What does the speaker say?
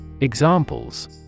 Examples